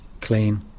clean